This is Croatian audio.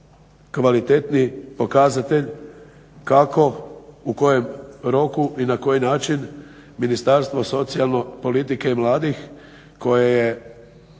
kvalitetni pokazatelj kako u kojem roku i na koji način Ministarstvo socijalno, politike i mladih koje je